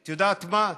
את יודעת מה?